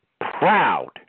proud